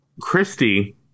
Christy